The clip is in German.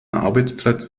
arbeitsplatz